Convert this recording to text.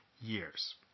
years